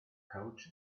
pouch